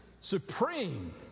supreme